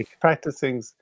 practicing